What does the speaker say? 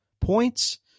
points